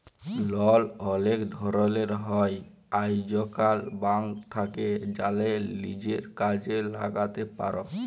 লল অলেক ধরলের হ্যয় আইজকাল, ব্যাংক থ্যাকে জ্যালে লিজের কাজে ল্যাগাতে পার